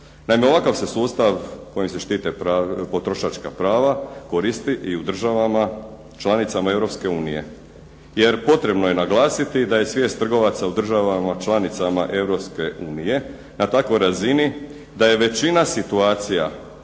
Naime, ovakav se sustav kojim se štite potrošačka prava koristi i u državama članicama Europske unije. Jer potrebno je naglasiti da je svijest trgovaca u državama članicama Europske unije na takvoj razini da je većina situacija